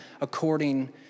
according